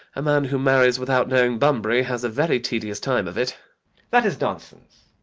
a man who marries without knowing bunbury has a very tedious time of it that is nonsense.